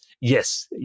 Yes